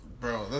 bro